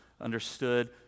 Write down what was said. understood